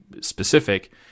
specific